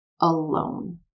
alone